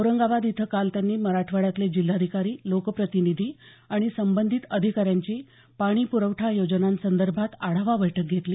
औरंगाबाद इथं काल त्यांनी मराठवाड्यातले जिल्हाधिकारी लोकप्रतिनिधी आणि संबंधित अधिकाऱ्यांची पाणी प्रवठा योजनांसंदर्भात आढावा बैठक घेतली